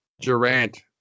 Durant